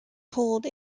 told